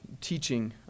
teaching